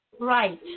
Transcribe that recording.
Right